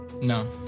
No